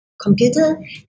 computer